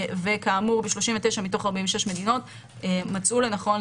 וכאמור ב-39 מתוך 46 מדינות מצאו לנכון